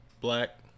Black